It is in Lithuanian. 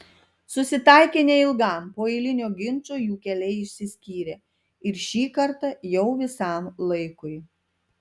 susitaikė neilgam po eilinio ginčo jų keliai išsiskyrė ir šį kartą jau visam laikui